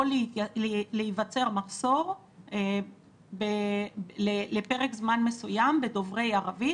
יכול להיווצר מחסור לפרק זמן מסוים בדוברי ערבית.